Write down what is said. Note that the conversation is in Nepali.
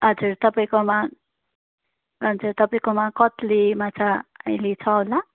हजुर तपाईँकोमा हजुर तपाईँकोमा कत्ले माछा अहिले छ होला